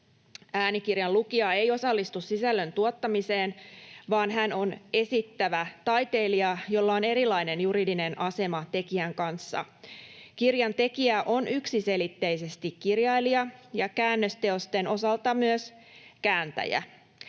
Äänikirjan lukija ei osallistu sisällön tuottamiseen, vaan hän on esittävä taiteilija, jolla on erilainen juridinen asema tekijän kanssa. Kirjan tekijä on yksiselitteisesti kirjailija ja käännösteosten osalta myös kääntäjä.